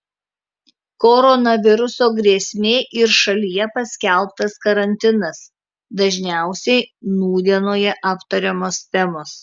koronaviruso grėsmė ir šalyje paskelbtas karantinas dažniausiai nūdienoje aptariamos temos